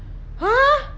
!huh!